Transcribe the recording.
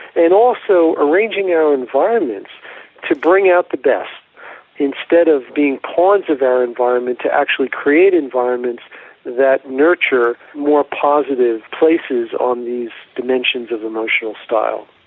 and also arranging our environment to bring out the best instead of being pawns of our environment to actually create environments that nurture more positive places on these dimensions of emotional style.